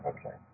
Okay